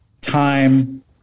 time